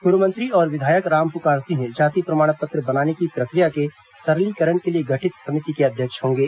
पूर्व मंत्री और विधायक रामपुकार सिंह जाति प्रमाण पत्र बनाने की प्रक्रिया के सरलीकरण के लिए गठित समिति के अध्यक्ष होंगे